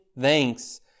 thanks